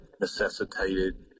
necessitated